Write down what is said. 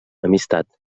amistat